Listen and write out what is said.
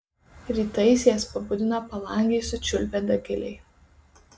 rytais jas pabudina palangėj sučiulbę dagiliai